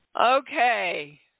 okay